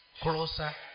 closer